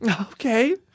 Okay